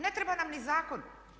Ne treba nam ni zakon.